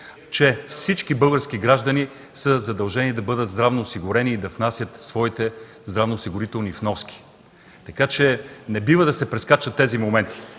че всички български граждани са задължени да бъдат здравноосигурени и да внасят своите здравноосигурителни вноски. Тези моменти не бива да се прескачат. Ще припомня,